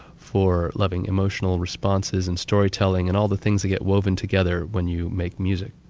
for loving emotional responses and storytelling, and all the things that get woven together when you make music.